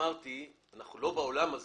אמרתי: אנחנו לא בעולם הזה,